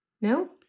No